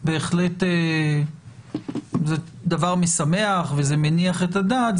זה דבר משמח ומניח את הדעת.